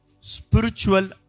Spiritual